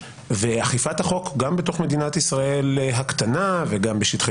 ואכיפת החוק גם בתוך מדינת ישראל הקטנה וגם בשטחי